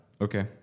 Okay